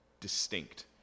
Distinct